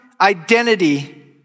identity